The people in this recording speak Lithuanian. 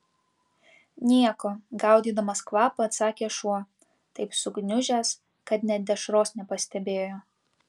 nieko gaudydamas kvapą atsakė šuo taip sugniužęs kad nė dešros nepastebėjo